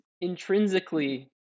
intrinsically